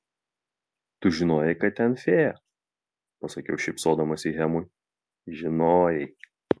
tu žinojai kad ten fėja pasakiau šypsodamasi hemui žinojai